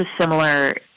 similar